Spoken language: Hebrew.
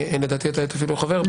שלדעתי אתה אפילו היית חבר בה.